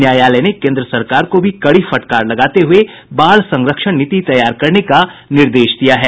न्यायालय ने केन्द्र सरकार को भी कड़ी फटकार लगाते हुए बाल संरक्षण नीति तैयार करने का निर्देश दिया है